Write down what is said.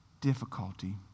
difficulty